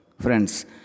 Friends